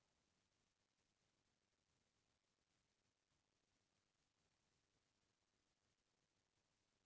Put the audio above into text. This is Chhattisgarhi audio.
मोर बैंक म खाता नई हे त का तभो ले मोला बैंक ले करजा मिलिस जाही?